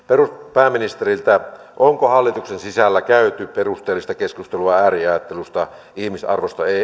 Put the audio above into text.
pääministeriltä onko hallituksen sisällä käyty perusteellista keskustelua ääriajattelusta ihmisarvosta